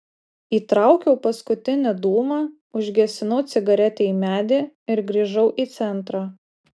įtraukiau paskutinį dūmą užgesinau cigaretę į medį ir grįžau į centrą